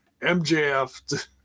MJF